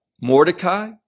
Mordecai